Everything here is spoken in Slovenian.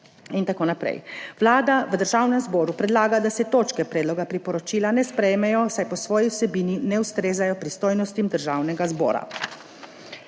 itn. Vlada v Državnem zboru predlaga, da se točke predloga priporočila ne sprejmejo, saj po svoji vsebini ne ustrezajo pristojnostim Državnega zbora.